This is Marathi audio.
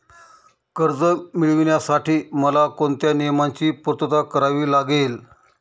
कर्ज मिळविण्यासाठी मला कोणत्या नियमांची पूर्तता करावी लागेल?